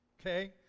okay